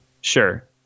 sure